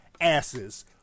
asses